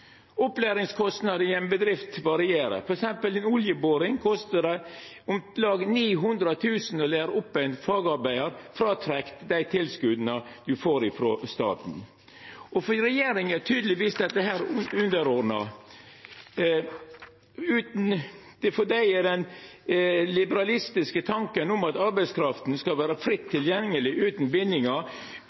Opplæringskostnadene i ei bedrift varierer. Innan f.eks. oljeboring kostar det om lag 900 000 kr å læra opp ein fagarbeidar, med fråtrekk av dei tilskota ein får frå staten. For regjeringa er dette tydelegvis underordna, for dei gjeld den liberalistiske tanken om at arbeidskrafta skal vera fritt tilgjengeleg utan bindingar